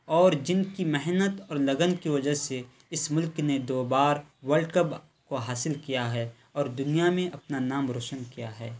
اور جن کی محنت اور لگن کی وجہ سے اس ملک نے دو بار ورلڈ کب کو حاصل کیا ہے اور دنیا میں اپنا نام روشن کیا ہے